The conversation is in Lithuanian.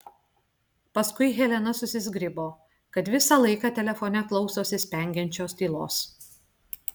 paskui helena susizgribo kad visą laiką telefone klausosi spengiančios tylos